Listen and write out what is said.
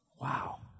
wow